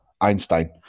Einstein